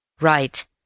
Right